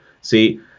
See